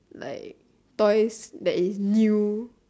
like toys that is new